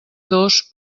dos